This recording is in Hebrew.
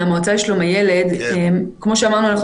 כמו שאמרנו,